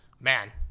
Man